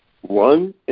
One